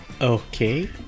Okay